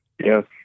Yes